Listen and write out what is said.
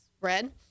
red